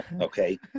Okay